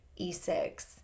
E6